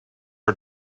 are